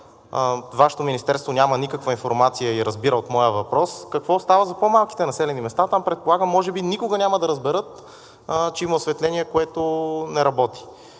Вашето министерство няма никаква информация и разбира от моя въпрос, какво остава за по-малките населени места? Там, предполагам, може би никога няма да разберат, че има осветление, което не работи.